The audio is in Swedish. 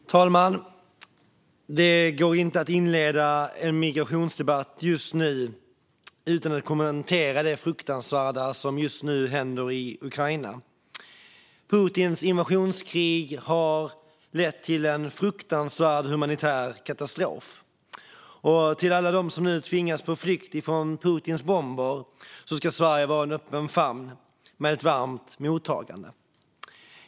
Fru talman! Det går inte att inleda en migrationsdebatt utan att kommentera det fruktansvärda som just nu händer i Ukraina. Putins invasionskrig har lett till en fruktansvärd humanitär katastrof. För alla dem som nu tvingas på flykt från Putins bomber ska Sverige vara en öppen famn med ett varmt mottagande.